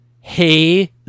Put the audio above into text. hey